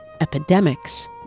epidemics